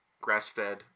grass-fed